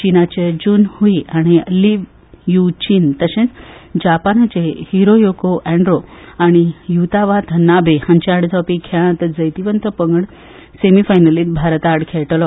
चिनाचे Jun Hui आनी Liu Yu चीन तशेंच जपानाचे हिरोयोकी एंडो आनी यूतावात नाबे हांचे आड जावपी खेळांत जैतवंत पंगड सेमीफायनलींत भारता आड खेळटलो